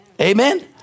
Amen